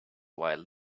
while